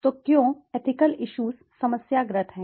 तो क्यों ethical issues समस्याग्रस्त हैं